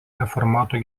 reformatų